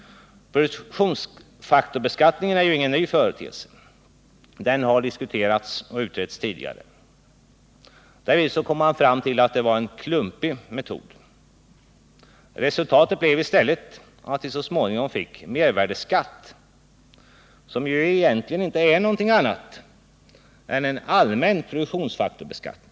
Produktionsfaktorsbeskattningen är ju ingen ny företeelse. Den har diskuterats och utretts tidigare. Därvid kom man fram till att det var en klumpig metod. Resultatet blev i stället att vi så småningom fick mervärdeskatten, som egentligen inte är något annat än en allmän produktionsfaktorsbeskattning.